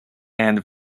and